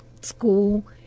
school